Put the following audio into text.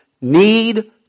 need